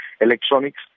electronics